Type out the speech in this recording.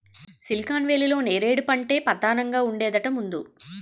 silicon వేలీలో నేరేడు పంటే పదానంగా ఉండేదట ముందు